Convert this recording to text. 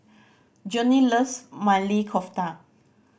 Johny loves Maili Kofta